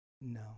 No